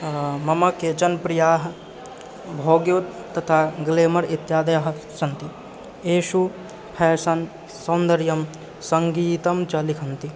मम केचन् प्रियाः भोग्योत् तथा ग्लेमर् इत्यादयः सन्ति एषु फेशन् सौन्दर्यं सङ्गीतं च लिखन्ति